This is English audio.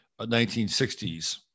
1960s